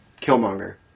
Killmonger